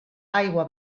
aigua